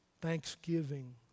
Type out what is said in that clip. Thanksgiving